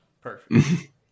Perfect